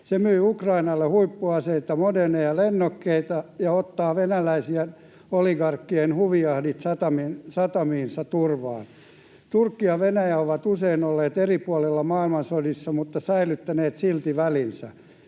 Se myy Ukrainalle huippuaseita, moderneja lennokkeja, ja ottaa venäläisten oligarkkien huvijahdit satamiinsa turvaan. Turkki ja Venäjä ovat usein olleet eri puolilla maailmansodissa mutta säilyttäneet silti välinsä.